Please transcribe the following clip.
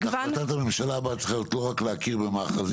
החלטת הממשלה הבאה צריכה להיות לא רק להכיר במאחזים,